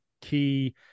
key